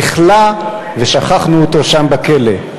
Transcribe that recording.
נכלא, ושכחנו אותו שם בכלא.